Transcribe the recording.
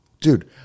Dude